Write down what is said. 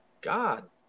god